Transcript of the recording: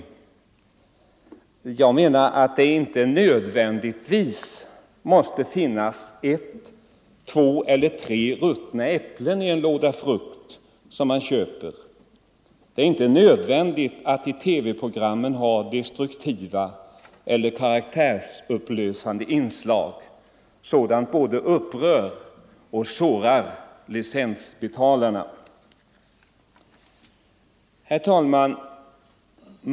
Det måste inte nödvändigtvis finnas ett, två eller tre ruttna äpplen i en låda frukt som man köper. Det är inte nödvändigt att i TV-programmen ha destruktiva eller karaktärsupplösande inslag. Sådant bara upprör och sårar licensbetalarna. Herr talman!